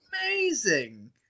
amazing